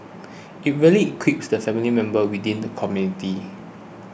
it really equips the family members within the community